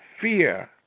fear